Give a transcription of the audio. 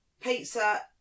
pizza